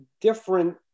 different